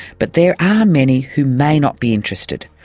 but there are many who may not be interested.